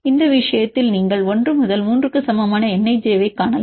இந்த விஷயத்தில் நீங்கள் 1 முதல் 3 க்கு சமமான n ij ஐக் காணலாம்